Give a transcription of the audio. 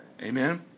Amen